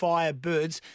Firebirds